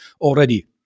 already